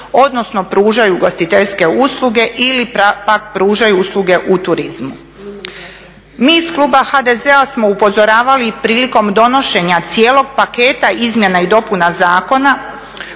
odnosno pružaju ugostiteljske usluge ili pak pružaju usluge u turizmu. Mi iz kluba HDZ-a smo upozoravali i prilikom donošenja cijelog paketa izmjena i dopuna zakona